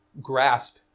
grasp